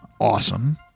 awesome